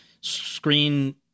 screen